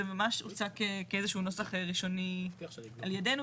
זה ממש הוצג כאיזה שהוא נוסח ראשוני על ידינו,